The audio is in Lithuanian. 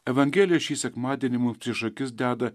evangelija šį sekmadienį mums prieš akis deda